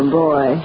boy